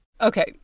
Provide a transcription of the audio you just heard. Okay